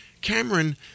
Cameron